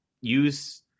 use